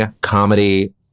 comedy